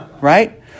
right